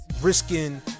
Risking